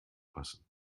passen